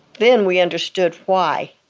then we understood why.